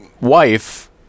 wife